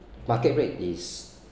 market rate is